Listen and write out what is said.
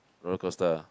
roller coaster ah